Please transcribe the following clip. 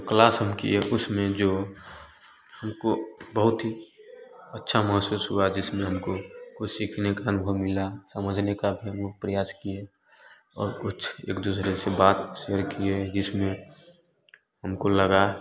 जो क्लास हम किए उसमें जो हमको बहुत ही अच्छा महसूस हुआ जिसमें हमको कुछ सीखने का अनुभव मिला समझने का भी हम लोग प्रयास किए और कुछ एक दूसरे से बाद भी किए जिसमें हमको लगा